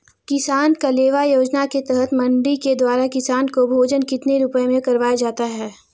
किसान कलेवा योजना के तहत मंडी के द्वारा किसान को भोजन कितने रुपए में करवाया जाता है?